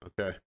Okay